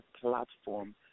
platform